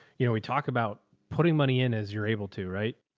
you know, we talk about putting money in as you're able to, right.